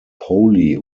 poly